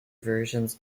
versions